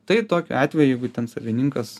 tai tokiu atveju jeigu ten savininkas